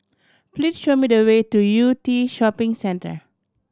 please show me the way to Yew Tee Shopping Centre